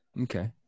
okay